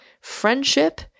friendship